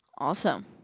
Awesome